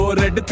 red